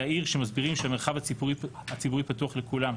העיר שמסבירים שהמרחב הציבורי פתוח לכולם.